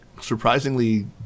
surprisingly